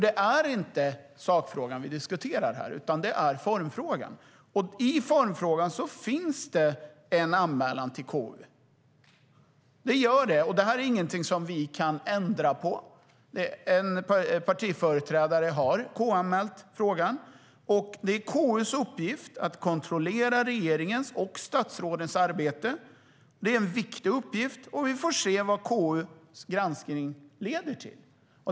Det är inte sakfrågan vi diskuterar, utan formfrågan. I formfrågan finns det en anmälan till KU från en partiföreträdare. Det är ingenting som vi kan ändra på. Det är KU:s uppgift att kontrollera regeringens och statsrådens arbete. Det är en viktig uppgift, och vi får se vad KU:s granskning leder till.